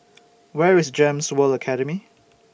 Where IS Gems World Academy